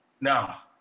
Now